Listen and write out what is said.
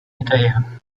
hinterher